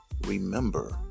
remember